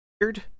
Weird